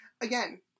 Again